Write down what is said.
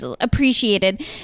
appreciated